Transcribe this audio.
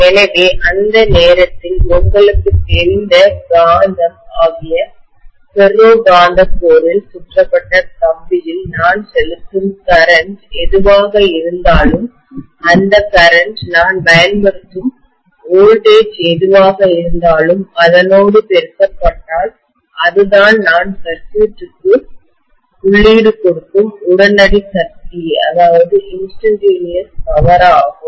எனவே அந்த நேரத்தில் உங்களுக்குத் தெரிந்த காந்தம் ஆகிய ஃபெரோ காந்த கோரில் சுற்றப்பட்ட கம்பியில் நான் செலுத்தும் கரண்ட் மின்னோட்டம் எதுவாக இருந்தாலும் அந்த கரண்ட் மின்னோட்டம் நான் பயன்படுத்தும் வோல்டேஜ் மின்னழுத்தம் எதுவாக இருந்தாலும் அதனோடு பெருக்க பட்டால் அதுதான் நான் சர்க்யூட் டுக்கு சுற்றுக்கு உள்ளீடு கொடுக்கும் உடனடி சக்தி இன்ஸ்டன்டனியஸ் பவர் ஆகும்